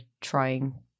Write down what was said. trying